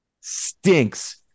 Stinks